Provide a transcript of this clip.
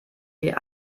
her